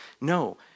No